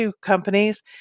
companies